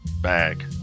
bag